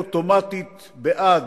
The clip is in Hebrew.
אוטומטית בעד,